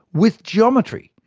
with geometry,